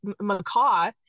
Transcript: Macaw